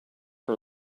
her